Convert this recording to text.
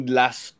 last